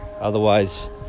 Otherwise